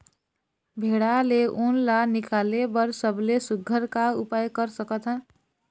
भेड़ा ले उन ला निकाले बर सबले सुघ्घर का उपाय कर सकथन?